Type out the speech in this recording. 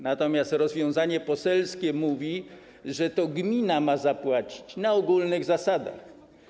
Natomiast rozwiązanie poselskie mówi, że to gmina ma zapłacić, na ogólnych zasadach.